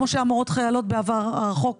כמו שהיו מורות חיילות בעבר הרחוק.